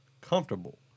comfortable